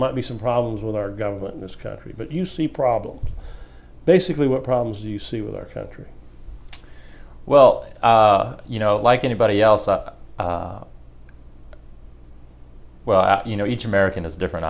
might be some problems with our government in this country but you see problems basically what problems you see with our country well you know like anybody else well you know each american is different